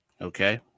Okay